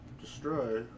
Destroy